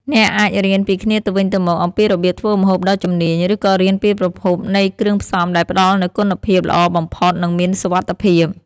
អ្នកអាចរៀនពីគ្នាទៅវិញទៅមកអំពីរបៀបធ្វើម្ហូបដ៏ជំនាញ ឬក៏រៀនពីប្រភពនៃគ្រឿងផ្សំដែលផ្តល់នូវគុណភាពល្អបំផុតនិងមានសុវត្ថិភាព។